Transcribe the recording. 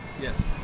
Yes